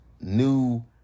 new